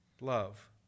love